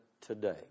today